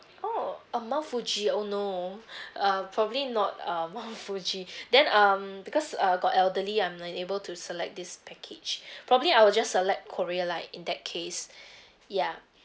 oh uh mount fuji oh no uh probably not um mount fuji then um because uh got elderly I'm unable to select this package probably I will just select korea lah in that case ya